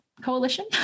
Coalition